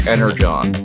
Energon